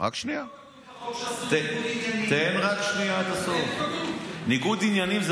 איפה כתוב חוק שאסור ניגוד עניינים?